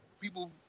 people